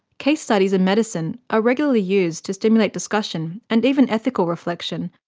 case studies in medicine are regularly used to stimulate discussion and even ethical reflection,